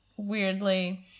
weirdly